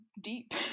deep